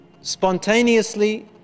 spontaneously